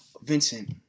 Vincent